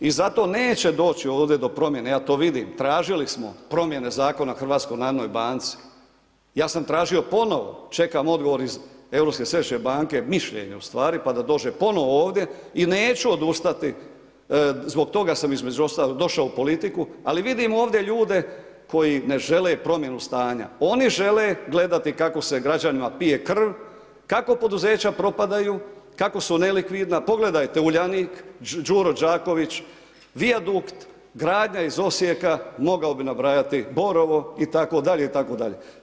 I zato neće doći ovdje do promjene, ja to vidim, tražili smo promjene Zakona o HNB-u. ja sam tražio ponovno, čekam odgovor iz Europske središnje banke, mišljenje ustvari pada dođe ponovno ovdje i neću odustati, zbog toga sam između ostalog došao u politiku, ali vidim ovdje ljude koji ne žele promjenu stanja, oni žele gledati kako se građanima pije krv, kako poduzeća propadaju, kako su nelikvidna, pogledajte Uljanik, Đuro Đaković, Vijadukt gradnja iz Osijeka, mogao bi nabrajati, Borovo, itd., itd.